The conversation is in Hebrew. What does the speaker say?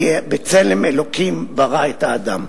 כי בצלם אלוקים ברא את האדם.